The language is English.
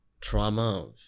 trauma